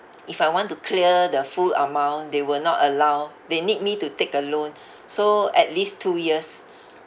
if I want to clear the full amount they will not allow they need me to take a loan so at least two years